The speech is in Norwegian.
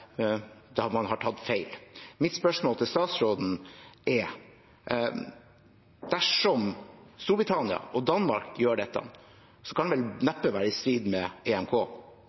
man har tatt feil. Mitt spørsmål til statsråden er: Dersom Storbritannia og Danmark gjør dette, kan det vel neppe være i strid med EMK?